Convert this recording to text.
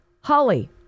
Holly